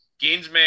Ginsman